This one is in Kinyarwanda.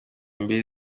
mbili